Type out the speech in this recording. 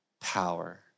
power